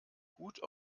gut